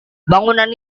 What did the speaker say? bangunan